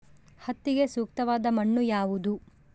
ಹತ್ತಿಗೆ ಸೂಕ್ತವಾದ ಮಣ್ಣು ಯಾವುದು?